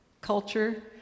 culture